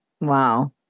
Wow